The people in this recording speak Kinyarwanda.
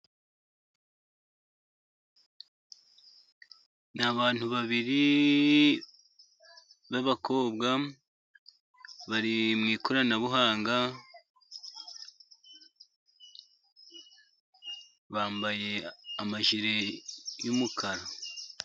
Ni abantu babiri b'abakobwa bari mu ikoranabuhanga, bambaye amajire y'umukara.